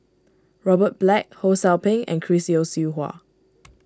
Robert Black Ho Sou Ping and Chris Yeo Siew Hua